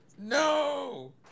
No